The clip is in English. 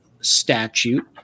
statute